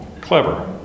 Clever